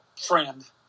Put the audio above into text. friend